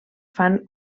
fan